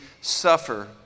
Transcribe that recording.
suffer